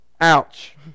Ouch